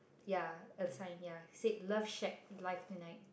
ya a sign ya said love shack live tonight